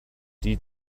die